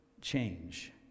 change